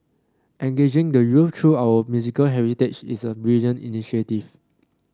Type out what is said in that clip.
engaging the youth through our musical heritage is a brilliant initiative